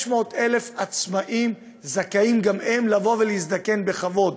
500,000 עצמאים זכאים גם הם לבוא ולהזדקן בכבוד,